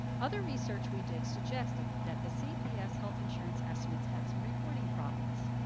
other research we did suggested that the cps health insurance estimates had some reporting problems.